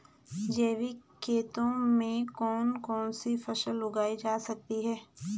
जैविक खेती में कौन कौन सी फसल उगाई जा सकती है?